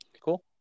Cool